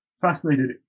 fascinated